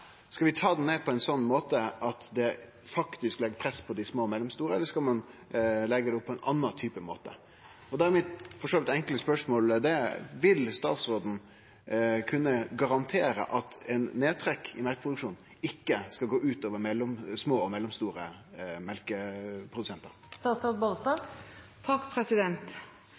skal vi ta han ned? Skal vi ta han ned slik at det legg press på dei små og mellomstore bruka, eller skal ein leggje det opp på ein annan måte? Og da er mitt for så vidt enkle spørsmål: Vil statsråden kunne garantere at eit nedtrekk i mjølkeproduksjonen ikkje skal gå ut over små og mellomstore